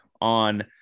on